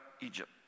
Egypt